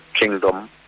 kingdom